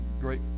great